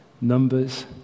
Numbers